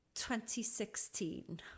2016